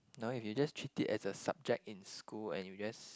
no if you just treat it as a subject in school and you just